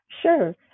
Sure